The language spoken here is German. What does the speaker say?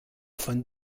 van